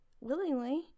willingly